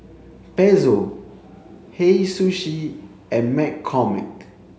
Pezzo Hei Sushi and McCormick